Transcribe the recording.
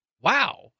Wow